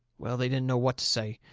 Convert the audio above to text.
well, they didn't know what to say.